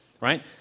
right